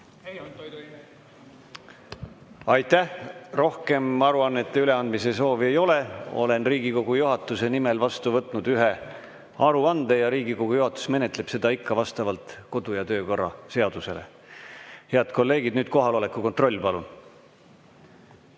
üle. Aitäh! Aitäh! Rohkem aruannete üleandmise soovi ei ole. Olen Riigikogu juhatuse nimel vastu võtnud ühe aruande ja Riigikogu juhatus menetleb seda ikka vastavalt kodu‑ ja töökorra seadusele. Head kolleegid, nüüd kohaloleku kontroll, palun!